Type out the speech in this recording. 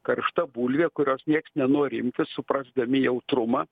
karšta bulvė kurios nieks nenori imti suprasdami jautrumą